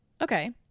okay